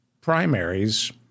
primaries